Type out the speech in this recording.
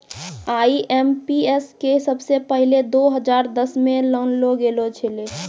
IMPS के सबसे पहिलै दो हजार दसमे लानलो गेलो छेलै